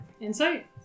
Insight